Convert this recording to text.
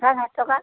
হয় হয় টকা